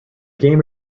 game